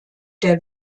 der